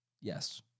yes